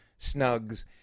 snugs